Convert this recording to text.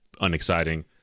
unexciting